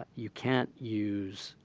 ah you can't use